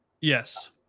Yes